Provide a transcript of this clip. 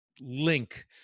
link